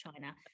china